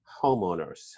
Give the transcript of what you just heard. homeowners